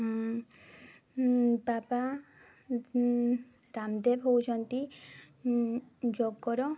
ବାବା ରାମଦେବ ହେଉଛନ୍ତି ଯୋଗର